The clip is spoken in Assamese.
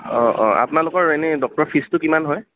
অঁ অঁ আপোনালোকৰ এনে ডক্টৰৰ ফিছটো কিমান হয়